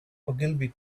ogilvy